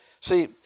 See